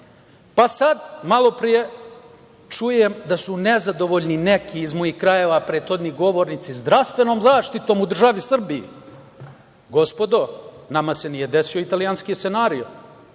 Malopre čujem da su nezadovoljni neki iz mojih krajeva, prethodni govornici, zdravstvenom zaštitom u državi Srbiji. Gospodo, nama se nije desio italijanski scenario.